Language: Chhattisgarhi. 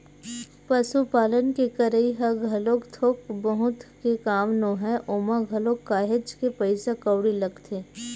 पसुपालन के करई ह घलोक थोक बहुत के काम नोहय ओमा घलोक काहेच के पइसा कउड़ी लगथे